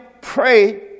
pray